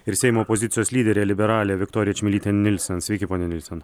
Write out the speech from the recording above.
ir seimo opozicijos lyderė liberalė viktorija čmilytė nilsen sveiki ponia nilsen